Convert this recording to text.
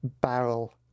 barrel